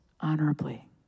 honorably